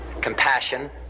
compassion